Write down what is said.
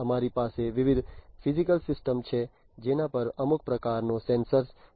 અમારી પાસે વિવિધ ફિઝિકલ સિસ્ટમો છે જેના પર અમુક પ્રકારના સેન્સર તૈનાત છે